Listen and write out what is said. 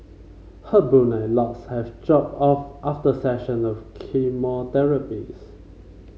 her brunette locks have dropped off after session of chemotherapies